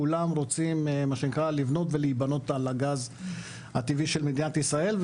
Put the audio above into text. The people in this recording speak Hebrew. כולם רוצים לבנות ולהיבנות על הגז הטבעי של מדינת ישראל.